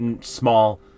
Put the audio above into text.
small